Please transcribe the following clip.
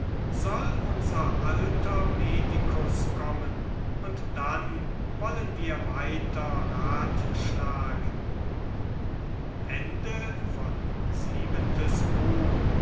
soll unser alter medikus kommen und dann wollen wir weiter ratschlagen